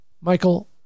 Michael